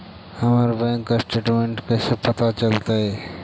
हमर bank statement कैसे पता चलतै?